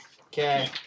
Okay